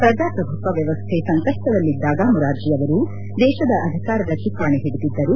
ಪ್ರಜಾಪ್ರಭುತ್ವ ವ್ಯವಸ್ಥೆ ಸಂಕಷ್ನದಲ್ಲಿದ್ದಾಗ ಮೊರಾರ್ಜಿ ಅವರು ದೇಶದ ಅಧಿಕಾರದ ಚುಕ್ಕಾಣಿ ಹಿಡಿದಿದ್ದರು